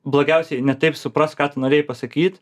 blogiausia jie ne taip supras ką tu norėjai pasakyt